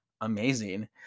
amazing